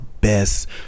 best